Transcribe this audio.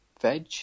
veg